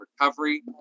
recovery